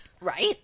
Right